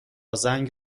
زنگ